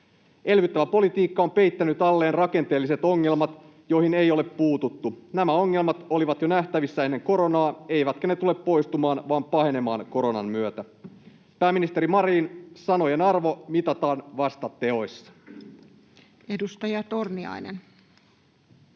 Elvyttävä politiikka on peittänyt alleen rakenteelliset ongelmat, joihin ei ole puututtu. Nämä ongelmat olivat nähtävissä jo ennen koronaa, eivätkä ne tule poistumaan vaan pahemaan koronan myötä. Pääministeri Marin, sanojen arvo mitataan vasta teoissa. [Speech